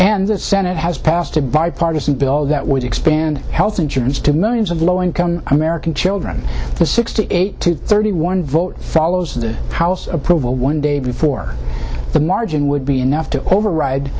and the senate has passed a bipartisan bill that would expand health insurance to millions of low income american children sixty eight to thirty one vote follows the house approval one day before the margin would be enough to override